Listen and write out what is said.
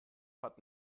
hat